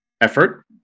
effort